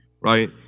right